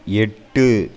எட்டு